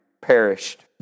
perished